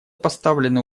поставлены